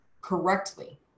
correctly